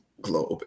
globe